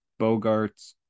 Bogarts